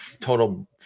total